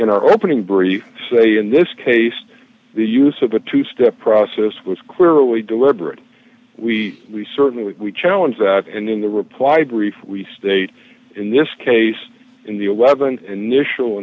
in our opening brief say in this case the use of a two step process was clearly deliberate we we certainly we challenge that and in the reply brief we state in this case in the th initial